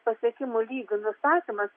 pasiekimų lygių nustatymas